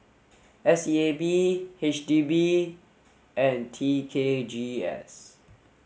S E A B H D B and T K G S